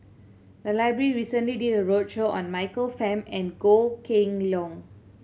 the library recently did a roadshow on Michael Fam and Goh Kheng Long